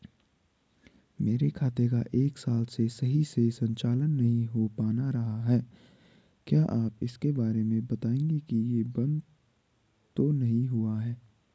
मेरे खाते का एक साल से सही से संचालन नहीं हो पाना रहा है क्या आप इसके बारे में बताएँगे कि ये बन्द तो नहीं हुआ है?